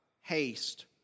haste